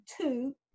two